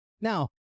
Now